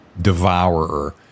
devourer